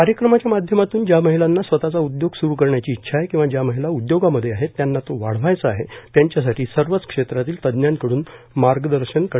कार्यक्रमाच्या माध्यमातून ज्या महिलांना स्वतःचा उद्योग स्रू करण्याची इच्छा आहे किंवा ज्या महिला उद्योगामध्ये आहेत आणि त्यांना तो वाढवायचा आहे त्यांच्यासाठी सर्वच क्षेत्रांतील तज्जांकडून मार्गदर्शन करण्यात येणार आहे